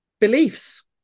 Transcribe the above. beliefs